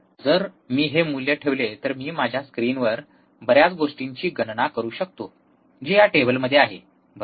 जर मी हे मूल्य ठेवले तर मी माझ्या स्क्रीनवर बर्याच गोष्टींची गणना करू शकतो जे या टेबलमध्ये आहे बरोबर